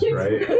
right